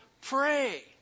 pray